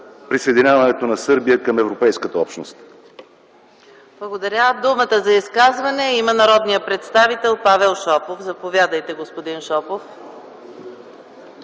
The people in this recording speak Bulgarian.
присъединяването на Сърбия към Европейската общност.